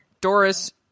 Doris